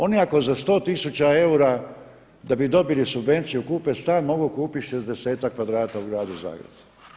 Oni ako za 100 tisuća eura, da bi dobili subvenciju, kupe stan, mogu kupiti 60-tak kvadrata u Gradu Zagrebu.